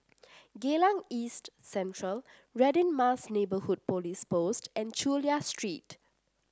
Geylang East Central Radin Mas Neighbourhood Police Post and Chulia Street